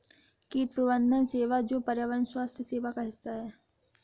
कीट प्रबंधन सेवा जो पर्यावरण स्वास्थ्य सेवा का हिस्सा है